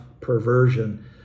perversion